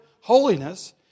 holiness